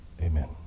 amen